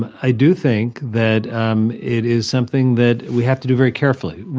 i do think that um it is something that we have to do very carefully.